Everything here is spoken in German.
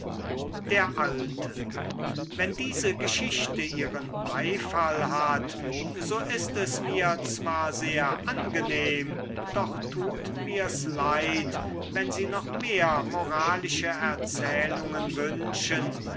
der alte wenn diese geschichte ihren beifall hat so ist es mir zwar sehr angenehm doch tut mir's leid wenn sie noch mehr moralische erzählungen wünschen